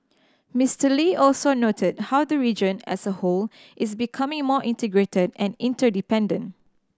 Mister Lee also noted how the region as a whole is becoming more integrated and interdependent